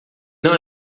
não